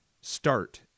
start